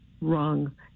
Wrong